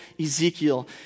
Ezekiel